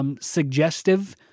suggestive